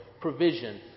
provision